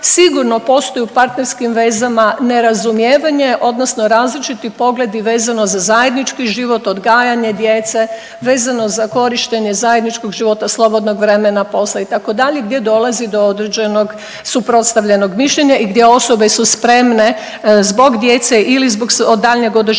sigurno postoji u partnerskim vezama nerazumijevanje odnosno različiti pogledi vezano za zajednički život, odgajanje djece, vezano za korištenje zajedničkog života, slobodnog vremena, posla, itd., gdje dolazi do određenog suprotstavljenog mišljenja i gdje osobe su spremne zbog djece ili zbog daljnjeg održavanja